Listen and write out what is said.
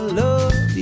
love